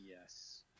Yes